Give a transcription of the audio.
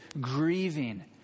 grieving